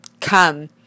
come